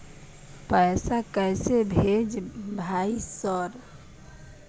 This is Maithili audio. पैसा कैसे भेज भाई सर?